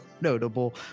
notable